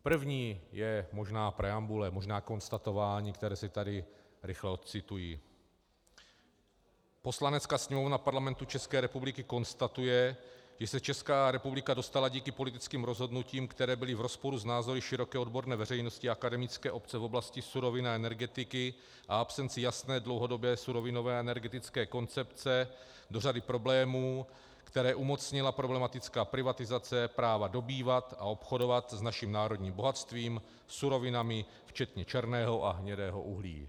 První je možná preambule, možná konstatování, které si tady rychle odcituji: Poslanecká sněmovna Parlamentu České republiky konstatuje, že se Česká republika dostala díky politickým rozhodnutím, která byla v rozporu s názory široké odborné veřejnosti a akademické obce v oblasti surovin a energetiky, a absenci jasné dlouhodobé surovinové a energetické koncepce do řady problémů, které umocnila problematická privatizace práva dobývat a obchodovat s naším národním bohatstvím, surovinami včetně černého a hnědého uhlí.